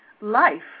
Life